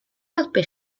helpu